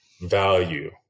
value